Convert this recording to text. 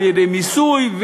על-ידי מיסוי,